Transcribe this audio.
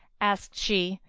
asked she,